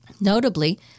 Notably